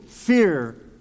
fear